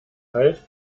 heißt